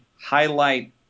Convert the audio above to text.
highlight